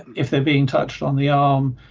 if they're being touched on the arm